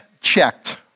checked